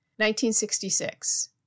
1966